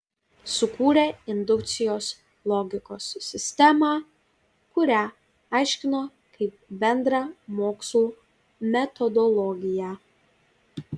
sukūrė indukcijos logikos sistemą kurią aiškino kaip bendrą mokslų metodologiją